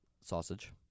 sausage